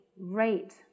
rate